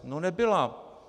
No nebyla.